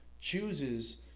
chooses